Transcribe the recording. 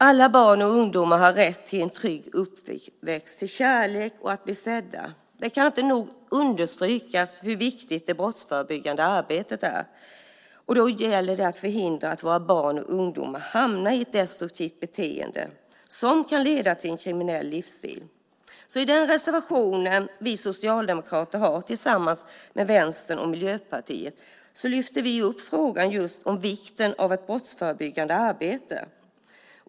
Alla barn och ungdomar har rätt till en trygg uppväxt, till kärlek och att bli sedda. Det kan inte nog understrykas hur viktigt det brottsförebyggande arbetet är. Det gäller att förhindra att våra barn och ungdomar hamnar i ett destruktivt beteende som kan leda till en kriminell livsstil. I den reservation vi socialdemokrater har tillsammans med Vänstern och Miljöpartiet lyfter vi just upp vikten av ett brottsförebyggande arbete.